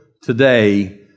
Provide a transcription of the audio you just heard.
today